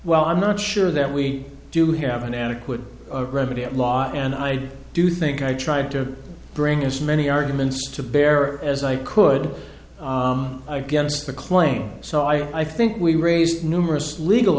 well i'm not sure that we do have an adequate remedy at law and i do think i tried to bring as many arguments to bear as i could against the claim so i think we raised numerous legal